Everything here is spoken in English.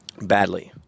Badly